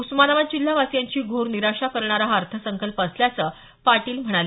उस्मानाबाद जिल्हावासियांची घोर निराशा करणारा हा अर्थसंकल्प असल्याचं पाटील म्हणाले